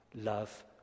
love